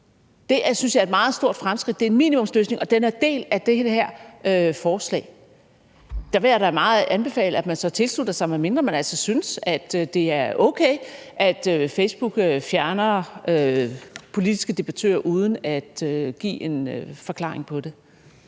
jeg er et meget stort fremskridt. Det er en minimumsløsning, og den er del af det her forslag til vedtagelse. Der vil jeg da meget anbefale, at man så tilslutter sig det, medmindre man altså synes, at det er okay, at Facebook fjerner politiske debattører uden at give en forklaring på det.